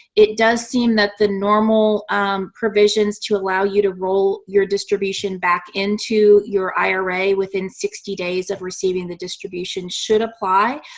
it does seem that the normal provisions to allow you to roll your distribution back into your ira within sixty days of receiving the distribution should apply.